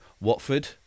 Watford